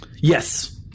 Yes